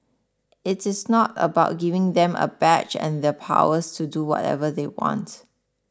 it is not about giving them a badge and the powers to do whatever they want